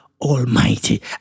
Almighty